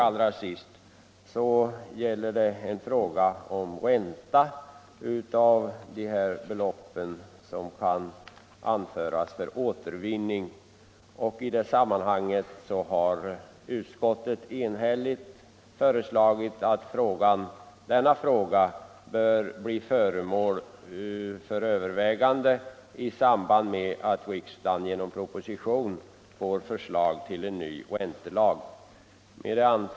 lagen Slutligen gäller det en fråga om ränta på det belopp som kan anföras för återvinning. Utskottet har enhälligt föreslagit att denna fråga bör bli föremål för övervägande i samband med att riksdagen genom proposition får förslag till en ny räntelag. Herr talman!